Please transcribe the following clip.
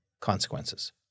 consequences